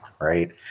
right